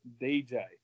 DJ